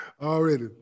Already